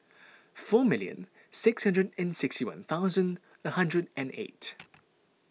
four million six hundred and sixty one thousand a hundred and eight